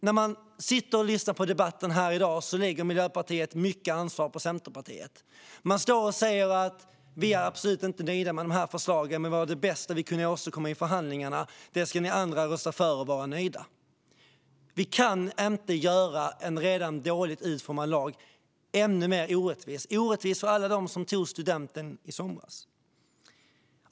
När man lyssnar på debatten i dag hör man att Miljöpartiet lägger stort ansvar på Centerpartiet. De säger att de absolut inte är nöjda med förslagen, men att det var det bästa som kunde åstadkommas i förhandlingarna. Och de tycker att vi andra ska rösta för detta och vara nöjda. Men vi kan inte göra en redan dåligt utformad lag ännu mer orättvis. Den är orättvis för alla dem som tog studenten i somras.